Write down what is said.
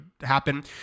happen